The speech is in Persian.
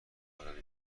آزادی